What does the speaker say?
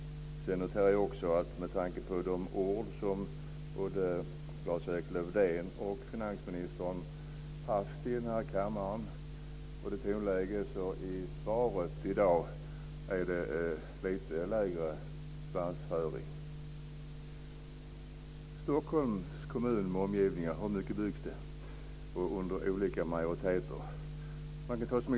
Sedan noterade jag också att med tanke på det tonläge som Lars-Erik Lövdén och finansministern haft i denna kammare är svansföringen i svaret i dag lite lägre. Hur mycket har det byggts i Stockholms kommun med omgivningar under olika majoriteter?